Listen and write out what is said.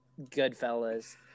Goodfellas